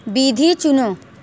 विधि चुनो